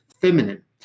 feminine